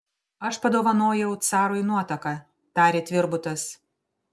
aš padovanojau carui nuotaką tarė tvirbutas